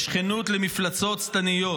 בשכנות למפלצות שטניות,